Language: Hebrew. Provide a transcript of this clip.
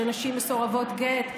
לנשים מסורבות גט.